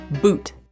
Boot